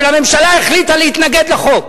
אבל הממשלה החליטה להתנגד לחוק,